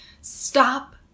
stop